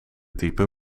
type